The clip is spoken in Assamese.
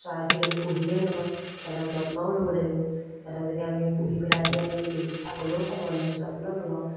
চৰাই চিৰিকটি পুহিলেই নহয় সিহঁতক যত্নও ল'ব লাগিব সিহঁতক যদি আমি পুহি পেলাই যদি আমি দিনটো চাবলৈয়ো সময় নাই যত্ন নলওঁ